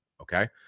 okay